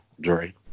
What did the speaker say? Dre